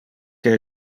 que